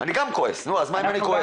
אני גם כועס, נו, אז מה אם אני גם כועס.